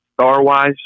star-wise